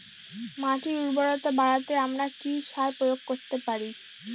মাটির উর্বরতা বাড়াতে আমরা কি সার প্রয়োগ করতে পারি?